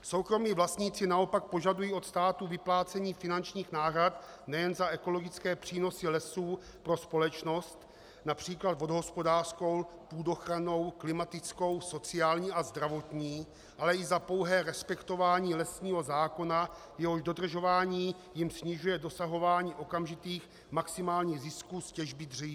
Soukromí vlastníci naopak požadují od státu vyplácení finančních náhrad nejen za ekologické přínosy lesů pro společnost, například vodohospodářskou, půdoochrannou, klimatickou, sociální a zdravotní, ale i za pouhé respektování lesního zákona, jehož dodržování jim snižuje dosahování okamžitých maximálních zisků z těžby dříví.